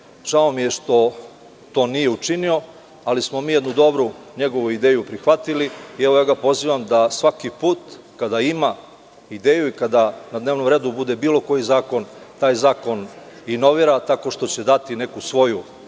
žao mi je što to nije učinio, ali smo mi jednu dobru njegovu ideju prihvatili i ja ga pozivam da svaki put kada ima ideju i kada na dnevnom redu bude bilo koji zakon taj zakon inovira tako što će dati neku svoju